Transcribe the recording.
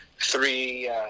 three